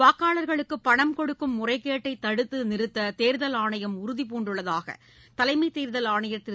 வாக்காளர்களுக்குபணம் கொடுக்கும் முறைகேட்டைதடுத்தநிறுத்ததேர்தல் ஆணையம் உறுதிபூண்டுள்ளதாகதலைமைதேர்தல் ஆணையர் திரு